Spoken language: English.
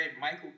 Michael